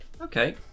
Okay